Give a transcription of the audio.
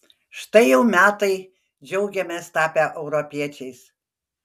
štai jau metai džiaugiamės tapę europiečiais